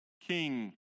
king